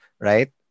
right